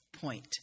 point